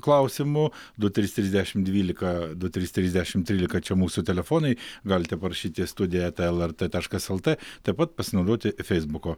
klausimų du trys trys dešim dvylika du trys trys dešim trylika čia mūsų telefonai galite parašyti studija eta lrt taškas lt taip pat pasinaudoti feisbuku